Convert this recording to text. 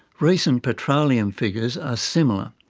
recent petroleum figures are similar.